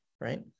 right